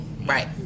right